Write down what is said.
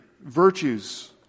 virtues